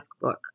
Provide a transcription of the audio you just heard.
book